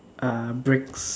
uh bricks